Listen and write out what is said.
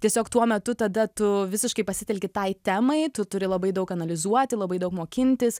tiesiog tuo metu tada tu visiškai pasitelki tai temai tu turi labai daug analizuoti labai daug mokintis